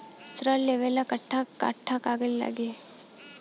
ऋण लेवेला कट्ठा कट्ठा कागज लागी?